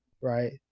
right